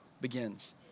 begins